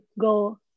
go